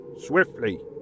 Swiftly